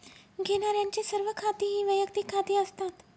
घेण्यारांचे सर्व खाती ही वैयक्तिक खाती असतात